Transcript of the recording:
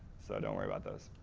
so don't worry about those.